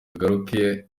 azagaruke